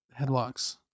Headlocks